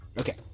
Okay